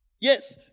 Yes